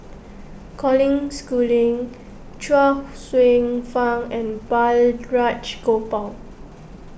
Colin Schooling Chuang Hsueh Fang and Balraj Gopal